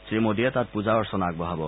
শ্ৰীমোডীয়ে তাত পূজা অৰ্চনা আগবঢ়াব